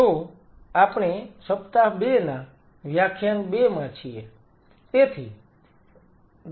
તેથી આપણે સપ્તાહ 2 ના વ્યાખ્યાન 2 માં છીએ